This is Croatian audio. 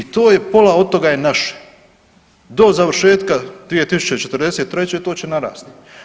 I to je, pola od toga je naše do završetka 2043. to će narasti.